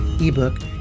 ebook